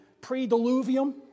pre-diluvium